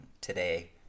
today